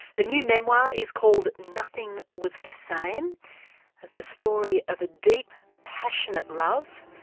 her new memoir is called nothing was the same it's a story of a deep, passionate love,